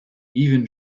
even